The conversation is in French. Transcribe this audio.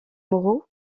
moraux